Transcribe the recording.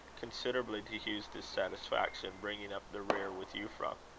considerably to hugh's dissatisfaction, bringing up the rear with euphra.